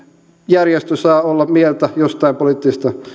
järjestö saa olla mieltä jostain poliittisesta